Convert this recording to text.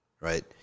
right